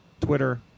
Twitter